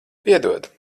piedod